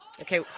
okay